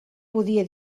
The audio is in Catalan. podia